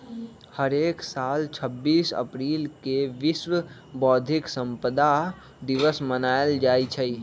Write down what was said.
हरेक साल छब्बीस अप्रिल के विश्व बौधिक संपदा दिवस मनाएल जाई छई